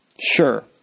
Sure